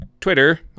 Twitter